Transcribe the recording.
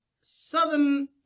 southern